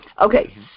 Okay